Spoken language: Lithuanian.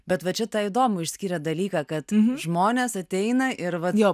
bet va čia tą įdomų išskyrėt dalyką kad žmonės ateina ir vat